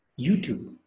YouTube